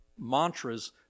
mantras